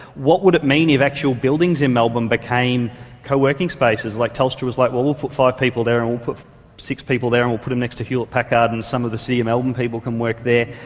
what would it mean if actual buildings in melbourne became co-working spaces, if like telstra was, like, we'll we'll put five people there and we'll put six people there and we'll put them next to hewlett-packard and some of the city of melbourne people can work there.